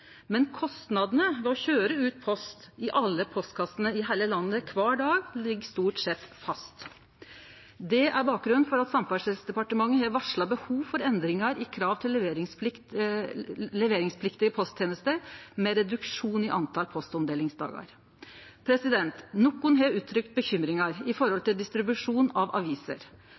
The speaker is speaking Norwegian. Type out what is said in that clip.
Men kostnadene med å køyre ut post i alle postkassene i heile landet kvar dag ligg stort sett fast. Det er bakgrunnen for at Samferdselsdepartementet har varsla behov for endringar i krava til leveringspliktige posttenester med reduksjon i talet på postomdelingsdagar. Nokon har uttrykt bekymring når det gjeld distribusjon av aviser.